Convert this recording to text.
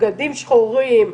בבגדים שחורים.